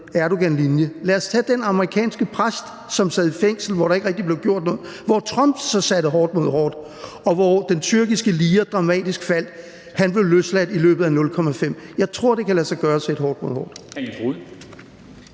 Erdogan linje. Lad os tage den amerikanske præst, som sad i fængsel, og hvor der ikke rigtig blev gjort noget, men hvor Trump så satte hårdt mod hårdt, og hvor den tyrkiske lira faldt dramatisk. Han blev løsladt i løbet af nul komma fem. Jeg tror, det kan lade sig gøre at sætte hårdt mod hårdt.